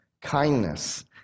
kindness